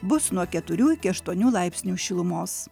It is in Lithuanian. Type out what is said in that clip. bus nuo keturių iki aštuonių laipsnių šilumos